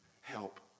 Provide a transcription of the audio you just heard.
help